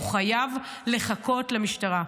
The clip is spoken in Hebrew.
הוא חייב לחכות למשטרה.